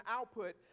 output